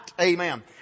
Amen